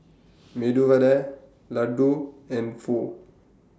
Medu Vada Ladoo and Pho